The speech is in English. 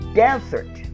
desert